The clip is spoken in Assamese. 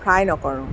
ফ্ৰাই নকৰোঁ